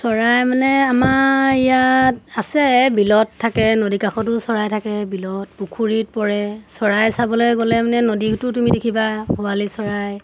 চৰাই মানে আমাৰ ইয়াত আছে বিলত থাকে নদী কাষতো চৰাই থাকে বিলত পুখুৰীত পৰে চৰাই চাবলৈ গ'লে মানে নদীতো তুমি দেখিবা শুৱালি চৰাই